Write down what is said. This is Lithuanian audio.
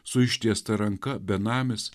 su ištiesta ranka benamis